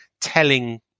telling